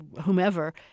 whomever